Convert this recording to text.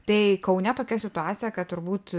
tai kaune tokia situacija kad turbūt